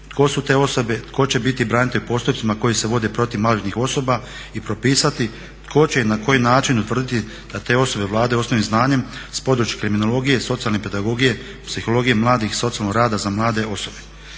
tko su te osobe, tko će biti branitelj u postupcima koji se vode protiv maloljetnih osoba i propisati tko će i na koji način utvrditi da te osobe vladaju osnovnim znanjem s područja kriminologije, socijalne pedagogije, psihologije mladih, socijalnog rada za mlade osobe.